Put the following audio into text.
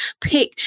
Pick